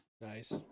Nice